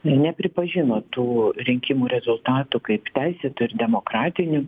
nepripažino tų rinkimų rezultatų kaip teisėtų ir demokratinių